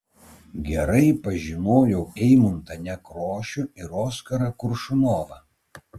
gerai pažinojau eimuntą nekrošių ir oskarą koršunovą